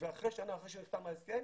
ואחרי שנה, אחרי שנחתם ההסכם,